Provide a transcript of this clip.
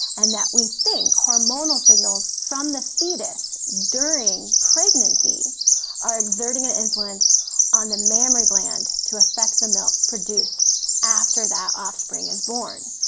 and that we think hormonal signals from the fetus during pregnancy are exerting an influence on the mammary gland to affect the milk produced after that offspring is born.